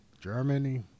Germany